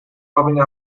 bobbing